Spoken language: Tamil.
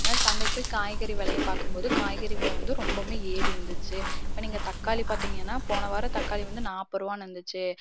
அந்தமாதிரி சந்தைக்கு போய் காய்கறி விலைய பார்க்கும்போது காய்கறி வில வந்து ரொம்பவுமே ஏறிருந்துச்சு இப்போ நீங்கள் தக்காளி பார்த்திங்கன்னா போன வாரம் தக்காளி வந்து நாற்பதுருவான்னு இருந்துச்சு